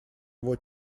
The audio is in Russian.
его